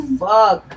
fuck